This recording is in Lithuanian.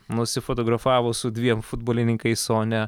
nusifotografavo su dviem futbolininkais o ne